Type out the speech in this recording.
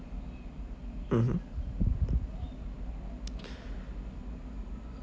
mmhmm